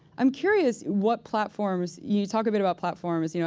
i'm curious, what platforms you talk a bit about platforms. you know